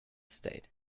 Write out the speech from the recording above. stayed